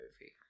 movie